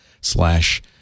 slash